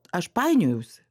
aš painiojausi